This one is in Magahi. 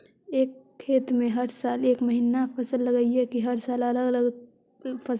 एक खेत में हर साल एक महिना फसल लगगियै कि हर साल अलग अलग फसल लगियै?